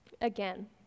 Again